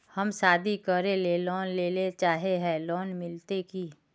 हम शादी करले लोन लेले चाहे है लोन मिलते की?